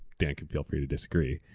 dan can feel free to disagree,